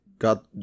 Got